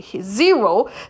zero